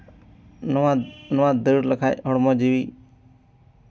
ᱱᱚᱣᱟ ᱱᱚᱶᱟ ᱫᱟᱹᱲ ᱞᱮᱠᱷᱟᱡ ᱦᱚᱲᱢᱚ ᱡᱤᱣᱤ